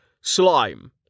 slime